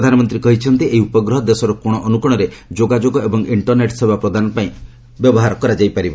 ପ୍ରଧାନମନ୍ତ୍ରୀ କହିଛନ୍ତି ଏହି ଉପଗ୍ରହ ଦେଶର କୋଣ ଅନ୍ଦ୍ରକୋଣରେ ଯୋଗାଯୋଗ ଏବଂ ଇଷ୍ଟରନେଟ୍ ସେବା ପ୍ରଦାନ କାର୍ଯ୍ୟ ହୋଇପାରିବ